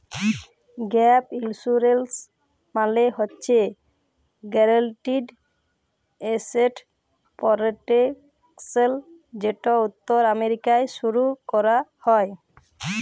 gap insurance মালে হছে guaranteed asset protection যেট উত্তর আমেরিকায় শুরু ক্যরা হ্যয়